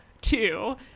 Two